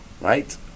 right